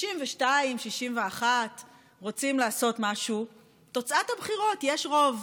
62, 61 רוצים לעשות משהו, תוצאת הבחירות, יש רוב.